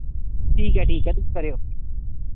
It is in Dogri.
ठीक ऐ ठीक ऐ तुस करेओ